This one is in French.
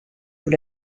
vous